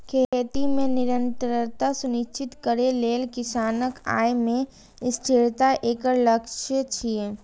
खेती मे निरंतरता सुनिश्चित करै लेल किसानक आय मे स्थिरता एकर लक्ष्य छियै